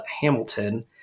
Hamilton